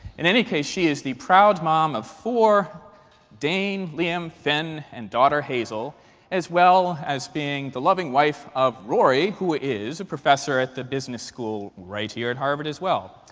in any case, she is the proud mom of four dane, liam, finn, and daughter hazel as well as being the loving wife of rory, who is a professor at the business school right here at harvard, as well,